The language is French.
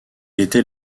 était